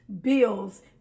bills